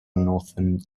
northern